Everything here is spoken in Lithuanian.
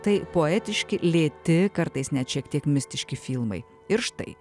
tai poetiški lėti kartais net šiek tiek mistiški filmai ir štai